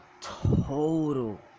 total